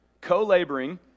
co-laboring